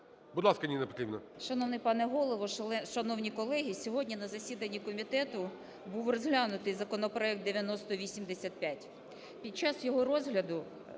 Будь ласка, Ніна Петрівна.